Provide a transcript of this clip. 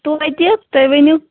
توتہِ تُہۍ ؤنِو